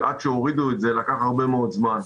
עד שהורידו את זה לקח הרבה מאוד זמן.